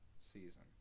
season